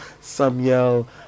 Samuel